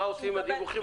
מה עושים עם הדיווחים?